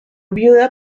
viuda